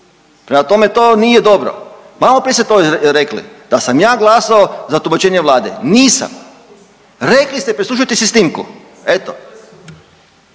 Prema tome, to nije dobro. Maloprije ste to rekli da sam ja glasao za tumačenje Vlade. Nisam. Rekli ste preslušajte si snimku. Eto.